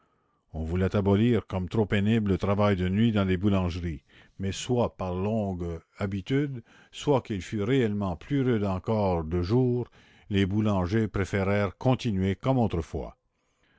on voulait abolir comme trop pénible le travail de nuit dans les boulangeries mais soit par longue habitude soit qu'il fût réellement plus rude encore de jour les boulangers préférèrent continuer comme autrefois